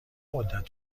مدت